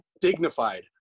Dignified